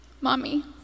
Mommy